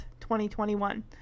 2021